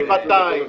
גבעתיים,